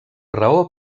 raó